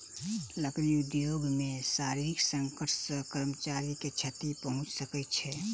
लकड़ी उद्योग मे शारीरिक संकट सॅ कर्मचारी के क्षति पहुंच सकै छै